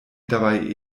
dabei